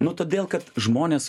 nu todėl kad žmonės